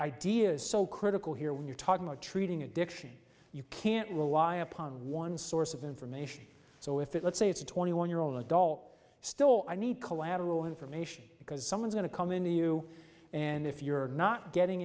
idea is so critical here when you're talking about treating addiction you can't rely upon one source of information so if it let's say it's a twenty one year old adult still i need collateral information because someone's going to come in to you and if you're not getting